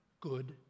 good